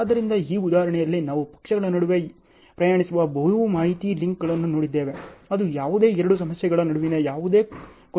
ಆದ್ದರಿಂದ ಈ ಉದಾಹರಣೆಯಲ್ಲಿ ನಾವು ಪಕ್ಷಗಳ ನಡುವೆ ಪ್ರಯಾಣಿಸುವ ಬಹು ಮಾಹಿತಿ ಲಿಂಕ್ಗಳನ್ನು ನೋಡಿದ್ದೇವೆ ಅದು ಯಾವುದೇ ಎರಡು ಸಮಸ್ಯೆಗಳ ನಡುವಿನ ಯಾವುದೇ ಕೊಂಡಿಯಾಗಿರಬಹುದು